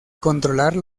controlar